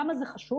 למה זה חשוב?